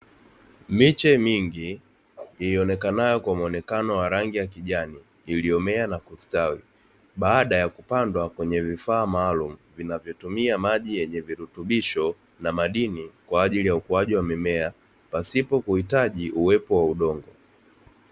Miche mingi ionekanayo kwa muonekano wa rangi ya kijani, iliyomea na kustawi, baada ya kupandwa kwenye vifaa maalum vinavotumia maji yenye virutubisho na majini kwa ajili ya ukuaji wa mimea , pasipo kuhitaji uwepo wa udongo.